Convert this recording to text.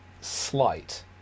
slight